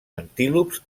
antílops